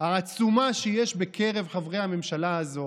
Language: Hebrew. העצומה שיש בקרב חברי הממשלה הזו,